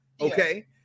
Okay